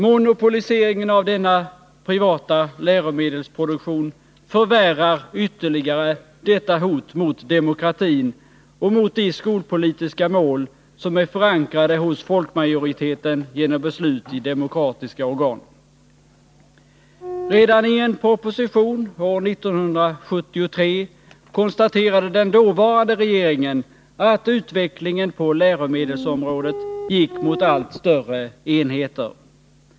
Monopoliseringen av denna privata läromedelsproduktion förvärrar ytterligare detta hot mot demokratin och mot de skolpolitiska mål som är förankrade hos folkmajoriteten genom beslut i demokratiska organ. Redan i en proposition år 1973 konstaterade den dåvarande regeringen att utvecklingen på läromedelsområdet gick mot allt större enheter.